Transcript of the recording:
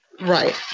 Right